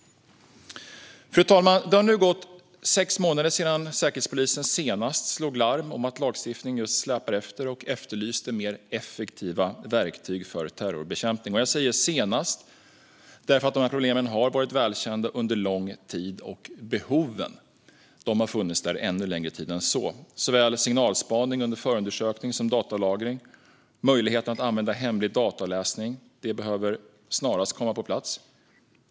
Fru talman! Det har nu gått sex månader sedan Säkerhetspolisen senast slog larm om att lagstiftningen släpar efter och efterlyste mer effektiva verktyg för terrorbekämpning. Jag säger "senast" därför att de här problemen har varit välkända under lång tid, och behoven har funnits där under ännu längre tid än så. Såväl signalspaning under förundersökning som datalagring och möjlighet att använda hemlig dataavläsning behöver snarast komma på plats.